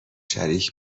شریک